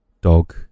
dog